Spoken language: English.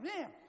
man